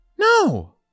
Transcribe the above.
No